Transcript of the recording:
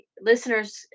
listeners